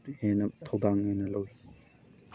ꯍꯦꯟꯅ ꯊꯧꯗꯥꯡ ꯑꯣꯏꯅ ꯂꯧꯋꯤ